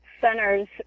centers